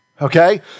okay